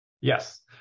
Yes